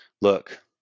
Look